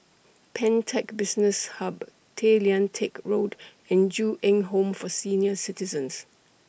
Pantech Business Hub Tay Lian Teck Road and Ju Eng Home For Senior Citizens